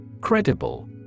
Credible